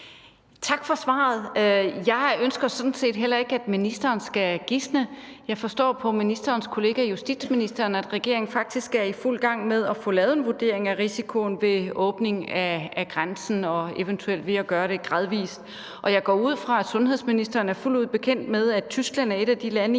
Tak for svaret. Jeg ønsker sådan set heller ikke, at ministeren skal gisne. Jeg forstår på ministerens kollega justitsministeren, at regeringen faktisk er i fuld gang med at få lavet en vurdering af risikoen ved at åbne grænsen og eventuelt ved at gøre det gradvis. Jeg går ud fra, at sundhedsministeren er fuldt ud bekendt med, at Tyskland er et af de lande